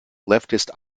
leftist